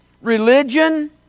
Religion